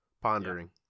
pondering